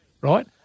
right